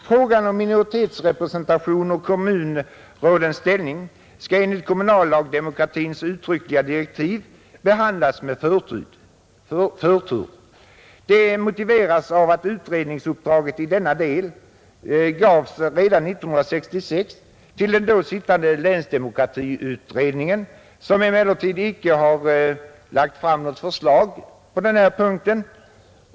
Frågorna om minoritetsrepresentation och kommunrådens ställning skall enligt kommunaldemokratiutredningens uttryckliga direktiv behandlas med förtur, Det motiveras av att utredningsuppdraget i denna del gavs redan 1966 till den då sittande länsdemokratiutredningen, som emellertid inte har lagt fram något förslag på denna punkt.